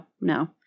no